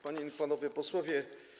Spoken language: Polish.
Panie i Panowie Posłowie!